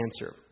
answer